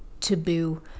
taboo